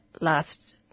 last